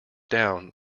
down